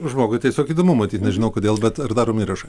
žmogui tiesiog įdomu matyt nežinau kodėl bet ar daromi įrašai